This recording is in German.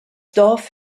dorf